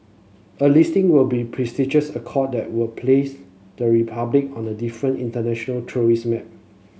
a listing will be prestigious that would place the Republic on a different international tourist map